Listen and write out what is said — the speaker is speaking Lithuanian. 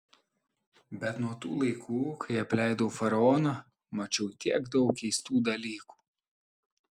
bet nuo tų laikų kai apleidau faraoną mačiau tiek daug keistų dalykų